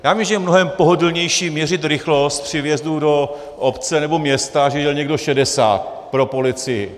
Já vím, že je mnohem pohodlnější měřit rychlost při vjezdu do obce nebo města, že jel někdo šedesát, pro policii.